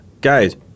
Guys